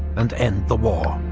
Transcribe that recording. and end the war.